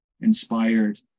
inspired